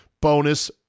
bonus